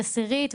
עשירית,